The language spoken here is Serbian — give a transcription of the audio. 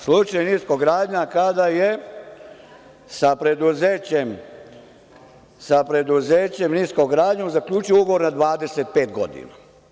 Slučaj „nisko gradnja“ kada je sa preduzećem „Nisko gradnja“ zaključio ugovor na 25 godina.